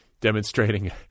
demonstrating